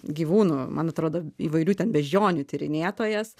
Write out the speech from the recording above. gyvūnų man atrodo įvairių ten beždžionių tyrinėtojas